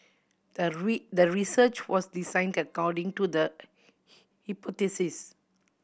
the the research was designed according to the hypothesis